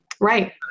right